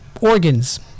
organs